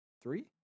three